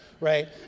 Right